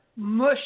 Mush